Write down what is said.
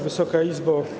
Wysoka Izbo!